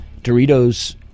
Doritos